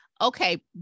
okay